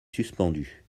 suspendue